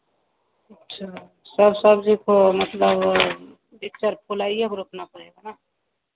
अच्छा सब सब्ज़ी को मतलब एक चर को लाइए को रोकना पड़ेगा